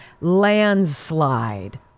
landslide